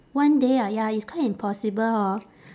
one day ah ya it's quite impossible hor